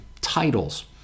titles